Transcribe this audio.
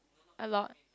a lot